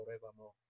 forevermore